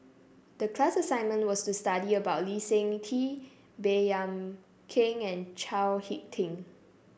the class assignment was to study about Lee Seng Tee Baey Yam Keng and Chao HicK Tin